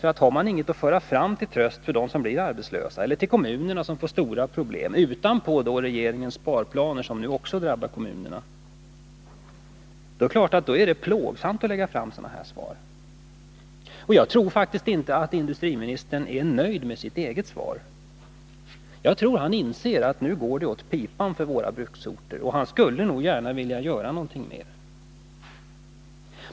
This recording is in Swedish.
Har man nämligen inget att framföra till tröst för dem som blir arbetslösa eller till kommunerna som får stora problem med försämrade finanser utöver regeringens sparplaner, som också drabbar kommunerna, så måste det vara plågsamt att lägga fram detta interpellationssvar. Jag tror faktiskt inte att industriministern är nöjd med sitt eget svar. Han inser nog att det nu går åt pipan för våra bruksorter, och han skulle nog gärna vilja göra något mer.